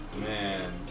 man